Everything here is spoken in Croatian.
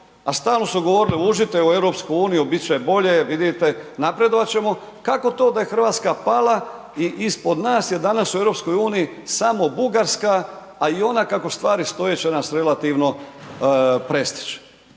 stalno su govorili, uđite u EU, bit će bolje, vidite napredovat ćemo, kako to da je RH pala i ispod nas je danas u EU samo Bugarska, a i ona kako stvari stoje, će nas relativno prestić.